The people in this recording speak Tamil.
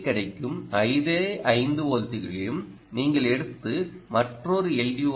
இங்கே கிடைக்கும் அதே 5 வோல்ட்டுகளையும் நீங்கள் எடுத்து மற்றொரு எல்